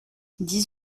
dix